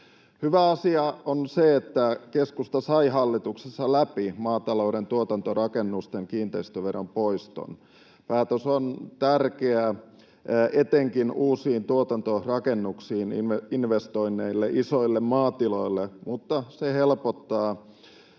Hyvä asia on se, että keskusta sai hallituksessa läpi maatalouden tuotantorakennusten kiinteistöveron poiston. Päätös on tärkeä etenkin uusiin tuotantorakennuksiin investoineille isoille maatiloille, mutta se helpottaa